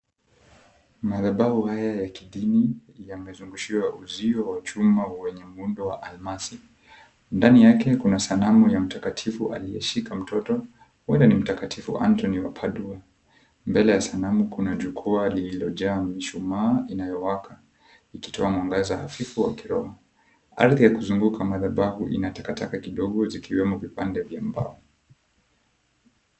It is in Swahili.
Madhabahu haya ya kidini yamezungushiwa uzio wa chuma wenye muundo wa almasi. Ndani yake kuna sanamu ya mtakatifu aliyeshika mtoto huenda ni mtakatifu Anthony Wapadua. Mbele ya sanamu kuna jukwaa lililojaa mishumaa inayowaka ikitoa mwangaza hafifu wa kiroho. Ardhi ya kuzunguka madhabahu ina takataka kidogo zikiwemo vipande vya mbao.